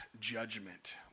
judgment